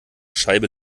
scheibe